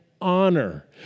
honor